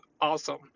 awesome